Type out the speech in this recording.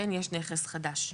כן יש נכס חדש.